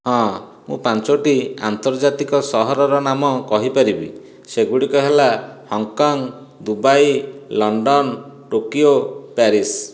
ହଁ ମୁଁ ପାଞ୍ଚୋଟି ଅନ୍ତର୍ଜାତୀକ ସହରର ନାମ କହି ପାରିବି ସେଗୁଡ଼ିକ ହେଲା Hong Kong Dubai London Tokyo Paris